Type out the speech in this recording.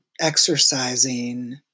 exercising